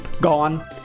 gone